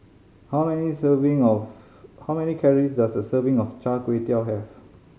how many serving of how many calories does a serving of Char Kway Teow have